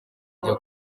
ajya